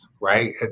right